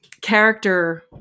character